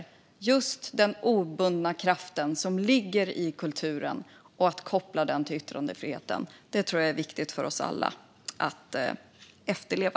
Att koppla den obundna kraft som ligger i kulturen till yttrandefriheten tror jag är viktigt för oss alla att efterleva.